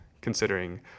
considering